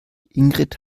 ingrid